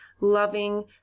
loving